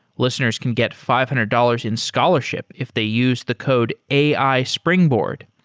listeners can get five hundred dollars in scholarship if they use the code ai springboard.